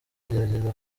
agerageza